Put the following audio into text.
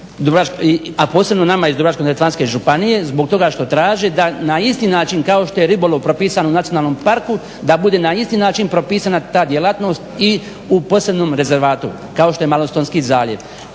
a posebno nama iz Dubrovačko-neretvanske županije zbog toga što traže da na isti način kao što je ribolov propisan u nacionalnom parku da bude na isti način propisana ta djelatnost i u posebnom rezervatu kao što je Malostonski zaljev.